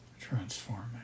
transforming